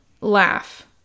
laugh